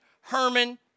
Herman